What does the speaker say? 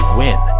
win